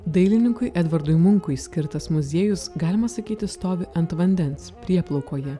dailininkui edvardui munkui skirtas muziejus galima sakyti stovi ant vandens prieplaukoje